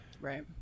Right